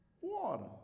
water